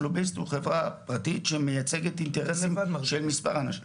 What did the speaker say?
לוביסט הוא חברה פרטית שמייצגת אינטרסים של מס' אנשים,